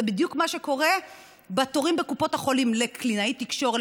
זה בדיוק מה שקורה בתורים בקופות החולים לקלינאית תקשורת,